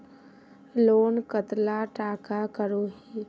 Loan कतला टाका करोही?